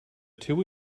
two